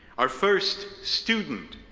our first student,